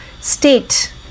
State